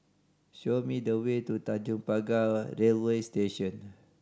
show me the way to Tanjong Pagar Railway Station